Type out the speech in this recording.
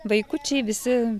vaikučiai visi